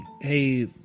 hey